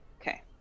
Okay